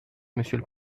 monsieur